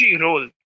role